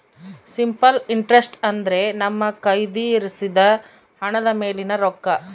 simple interest ಅಂದ್ರೆ ನಮ್ಮ ಕಯ್ದಿರಿಸಿದ ಹಣದ ಮೇಲಿನ ರೊಕ್ಕ